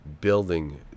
building